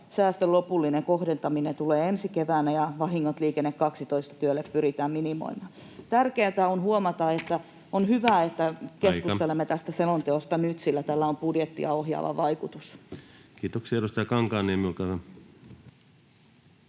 säästön lopullinen kohdentaminen tulee ensi keväänä, ja vahingot Liikenne 12 ‑työlle pyritään minimoimaan. Tärkeätä on huomata, että on hyvä, [Puhemies: Aika!] että keskustelemme tästä selonteosta nyt, sillä tällä on budjettia ohjaava vaikutus. [Speech 23] Speaker: